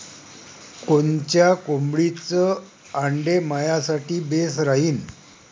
कोनच्या कोंबडीचं आंडे मायासाठी बेस राहीन?